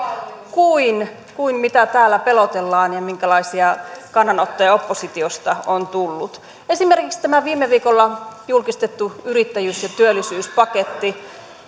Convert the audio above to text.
kuin kuin mitä täällä pelotellaan ja minkälaisia kannanottoja oppositiosta on tullut esimerkiksi tämä viime viikolla julkistettu yrittäjyys ja työllisyyspaketti